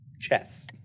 chess